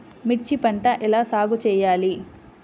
మిర్చి పంట ఎలా సాగు చేయాలి?